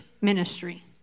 ministry